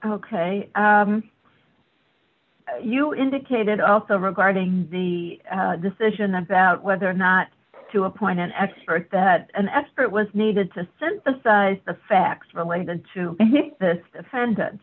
ok you indicated also regarding the decision about whether or not to appoint an expert that an expert was needed to synthesize the facts related to the defend